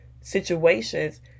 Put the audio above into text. situations